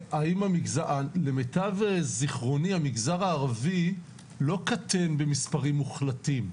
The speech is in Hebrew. למיטב זכרוני המגזר הערבי לא קטן במספרים מוחלטים,